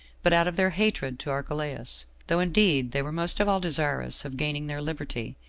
but out of their hatred to archelaus though indeed they were most of all desirous of gaining their liberty,